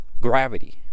gravity